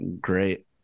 Great